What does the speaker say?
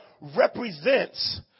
represents